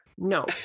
No